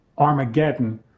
Armageddon